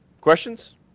Questions